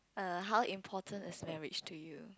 err how important is marriage to you